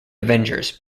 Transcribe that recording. avengers